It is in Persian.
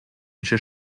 میشه